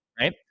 right